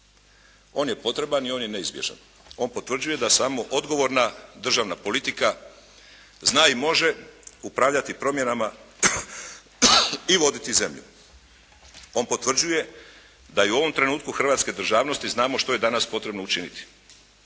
On je potreban i on je neizbježan. On potvrđuje da samo odgovorna državna politika zna i može upravljati promjenama i voditi zemlju. On potvrđuje da i u ovom trenutku hrvatske državnosti znamo što je danas potrebno učiniti.